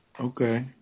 Okay